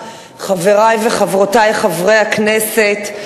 חברי וחברותי חברי הכנסת,